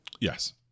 Yes